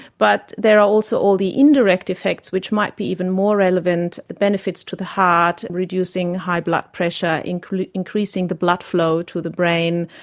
but there are also all the indirect effects which might be even more relevant, benefits to the heart, reducing high blood pressure, increasing increasing the blood flow to the brain,